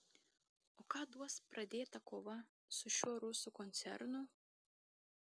o ką duos pradėta kova su šiuo rusų koncernu